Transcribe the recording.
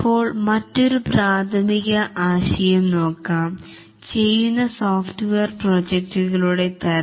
ഇപ്പോൾ മറ്റൊരു പ്രാഥമിക ആശയം നോക്കാം ചെയ്യുന്ന സോഫ്റ്റ്വെയർ പ്രൊജക്ടുകളുടെ തരം